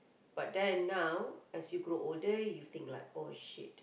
but then now as you grow older you think like oh shit